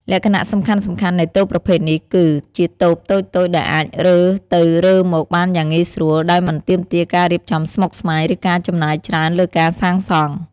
លក្ខណៈសំខាន់ៗនៃតូបប្រភេទនេះគឺ ជាតូបតូចៗដែលអាចរើទៅរើមកបានយ៉ាងងាយស្រួល ដោយមិនទាមទារការរៀបចំស្មុគស្មាញ ឬការចំណាយច្រើនលើការសាងសង់។